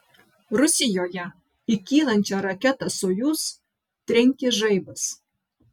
rusijoje į kylančią raketą sojuz trenkė žaibas